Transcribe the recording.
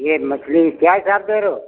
ये मछली क्या हिसाब दे रहे हो